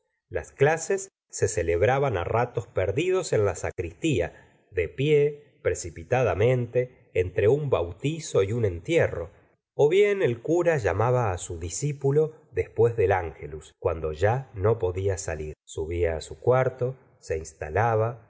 las clases se celebraban á ratos perdidos en la sacristía de pie precipitadamente entre un bautizo y un entierro bien el cura llamamrser la señora de bovary ba su discípulo después del angelus cuando ya no podía salir subía su cuarto se instalaba